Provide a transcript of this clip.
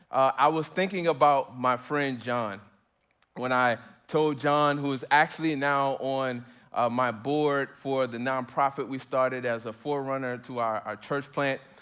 i was thinking about my friend, john when i told john who is actually now on my board for the nonprofit we started as a fore runner to our our church plant.